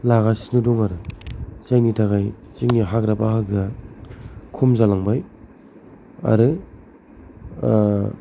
लागासिनो दं आरो जायनि थाखाय जोंनि हाग्रा बाहागोआ खम जालांबाय आरो